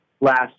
last